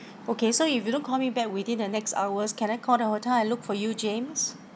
okay so if you don't call me back within the next hours can I call the hotel and look for you james